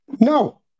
No